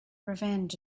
revenge